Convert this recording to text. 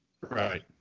Right